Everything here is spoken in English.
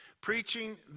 Preaching